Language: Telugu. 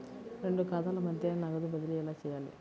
రెండు ఖాతాల మధ్య నగదు బదిలీ ఎలా చేయాలి?